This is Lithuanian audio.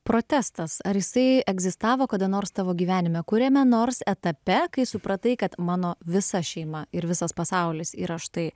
protestas ar jisai egzistavo kada nors tavo gyvenime kuriame nors etape kai supratai kad mano visa šeima ir visas pasaulis yra štai